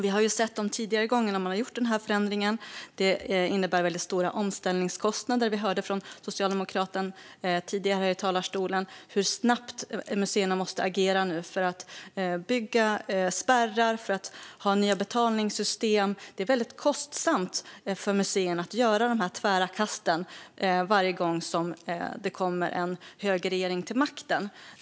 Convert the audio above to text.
Vi har sett tidigare när man har gjort den här förändringen att det innebär väldigt stora omställningskostnader. Vi hörde från socialdemokraten tidigare här i talarstolen hur snabbt museerna nu måste agera för att bygga spärrar och ordna nya betalningssystem. Det är väldigt kostsamt för museerna med de tvära kasten varje gång det kommer en högerregering till makten.